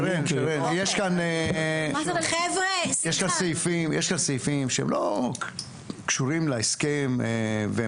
יש כאן סעיפים שהם לא קשורים להסכם.